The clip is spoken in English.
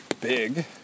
big